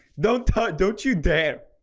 don't touch don't you dare?